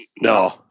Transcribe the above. No